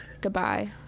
goodbye